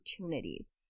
opportunities